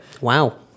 Wow